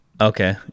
Okay